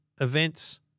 events